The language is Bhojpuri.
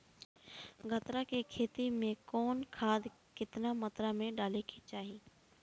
गन्ना के खेती में कवन खाद केतना मात्रा में डाले के चाही?